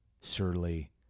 surly